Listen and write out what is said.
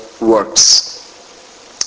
works